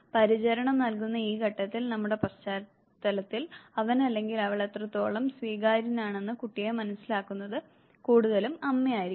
പരിചരണം നൽകുന്ന ഈ ഘട്ടത്തിൽ നമ്മുടെ പശ്ചാത്തലത്തിൽ അവൻ അല്ലെങ്കിൽ അവൾ എത്രത്തോളം സ്വീകാര്യനാണെന്ന് കുട്ടിയെ മനസ്സിലാക്കുന്നത് കൂടുതലും അമ്മയായിരിക്കും